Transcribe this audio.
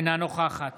אינה נוכחת